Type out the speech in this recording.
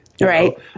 Right